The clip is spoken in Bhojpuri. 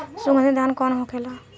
सुगन्धित धान कौन होखेला?